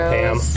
Pam